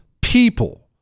people